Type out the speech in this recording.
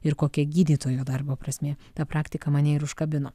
ir kokia gydytojo darbo prasmė ta praktika mane ir užkabino